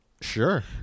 Sure